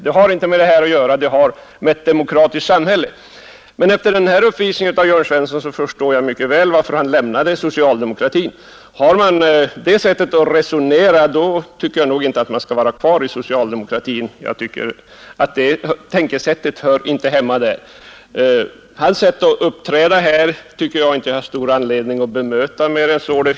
Detta har endast med ett demokratiskt samhälle att göra. Efter den här uppvisningen av Jörn Svensson förstår jag mycket väl varför han lämnade socialdemokratin. Resonerar man som han gör, skall man nog inte vara kvar i socialdemokratin. Det tänkesättet hör inte hemma där. Hans uppträdande här tycker jag inte jag har stor anledning att bemöta.